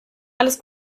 alles